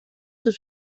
sus